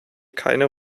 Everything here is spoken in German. keine